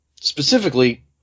Specifically